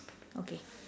okay